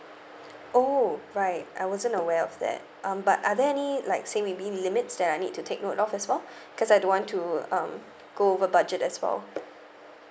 oh right I wasn't aware of that um but are there any like say maybe limits that I need to take note of as well cause I don't want to um go over budget as well